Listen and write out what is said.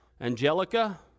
Angelica